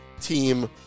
team